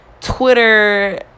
Twitter